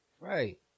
Right